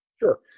Sure